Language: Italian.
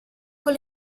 con